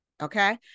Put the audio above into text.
okay